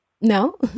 no